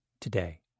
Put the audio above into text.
today